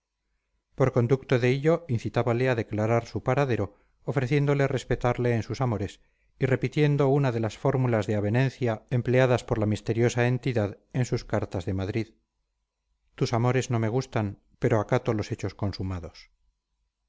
por conducto de hillo incitábale a declarar su paradero ofreciéndole respetarle en sus amores y repitiendo una de las fórmulas de avenencia empleadas por la misteriosa entidad en sus cartas de madrid tus amores no me gustan pero acato los hechos consumados